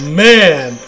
man